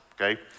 okay